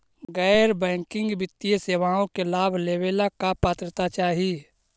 गैर बैंकिंग वित्तीय सेवाओं के लाभ लेवेला का पात्रता चाही?